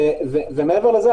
ומעבר לזה,